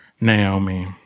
Naomi